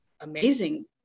amazing